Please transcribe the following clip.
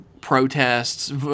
protests